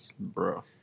Bro